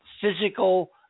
physical